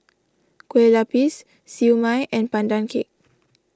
Kueh Lapis Siew Mai and Pandan Cake